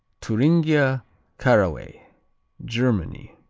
thuringia caraway germany